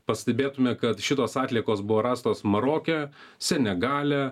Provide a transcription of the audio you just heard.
pastebėtume kad šitos atliekos buvo rastos maroke senegale